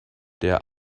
der